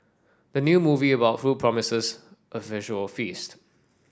the new movie about food promises a visual feast